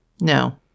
No